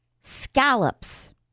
scallops